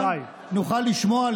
נוכל לשמוע,